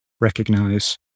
recognize